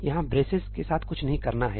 यहां ब्रेसिज़ के साथ कुछ नहीं करना है